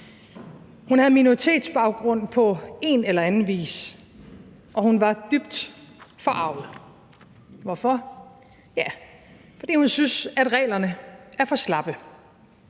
Hun havde minoritetsbaggrund på en eller anden vis, og hun var dybt forarget. Hvorfor? Ja, fordi hun syntes, at reglerne er for slappe.